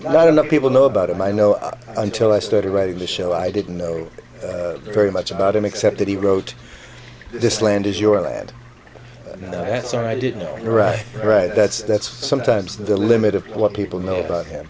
not enough people know about him i know up until i started writing this so i didn't know very much about him except that he wrote this land is your ad that's i didn't know right right that's that's sometimes the limit of what people know about him